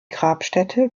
grabstätte